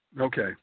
Okay